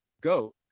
goat